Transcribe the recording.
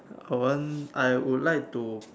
I want I would like to